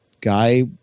guy